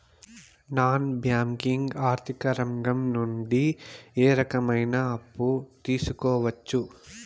Non banking ఆర్థిక రంగం నుండి ఏ రకమైన అప్పు తీసుకోవచ్చు?